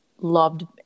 loved